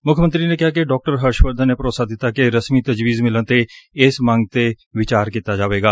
ਮੁੱਖ ਮੰਤਰੀ ਨੇ ਕਿਹਾ ਕਿ ਡਾ ਹਰਸ਼ਵਰਧਨ ਨੇ ਭਰੋਸਾ ਦਿੱਤਾ ਕਿ ਰਸਮੀ ਤਜਵੀਜ਼ ਮਿਲਣ ਤੇ ਵਿਚਾਰ ਕੀਤਾ ਜਾਵੇਗਾ